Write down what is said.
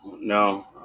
No